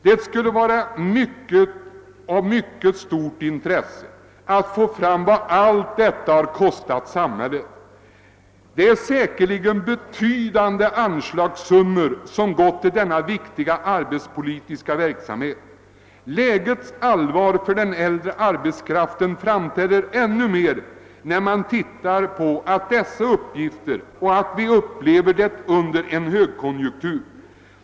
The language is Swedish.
Det skulle vara av mycket stort intresse att få reda på vad allt detta har kostat samhället. Det är säkerligen betydande anslag som har gått till denna viktiga arbetspolitiska verksamhet. Allvaret i läget för den äldre arbetskraften framträder ännu tydligare mot bakgrunden av de nämnda uppgifterna och det förhållandet att det nu råder en högkonjunktur.